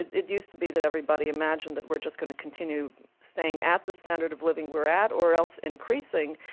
it used to be that everybody imagined that we're just going to continue staying at the standard of living we're at or else increasing.